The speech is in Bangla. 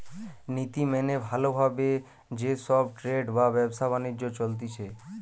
নীতি মেনে ভালো ভাবে যে সব ট্রেড বা ব্যবসা বাণিজ্য চলতিছে